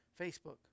Facebook